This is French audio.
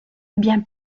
bien